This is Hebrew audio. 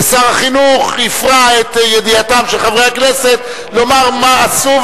ושר החינוך הפרה את ידיעתם של חברי הכנסת ואמר מה עשו,